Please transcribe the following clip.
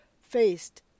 faced